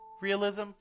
realism